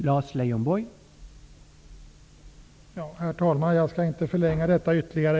Herr talman! Jag skall inte förlänga debatten ytterligare.